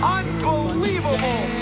unbelievable